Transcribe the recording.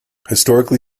historically